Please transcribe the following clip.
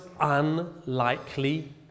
unlikely